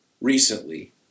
recently